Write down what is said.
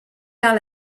par